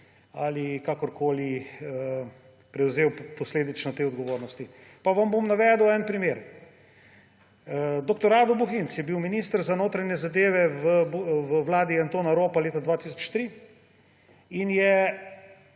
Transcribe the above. ali kakorkoli prevzel posledično te odgovornosti. Pa vam bom navedel en primer. Dr. Rado Bohinc je bil minister za notranje zadeve v vladi Antona Ropa leta 2003 in je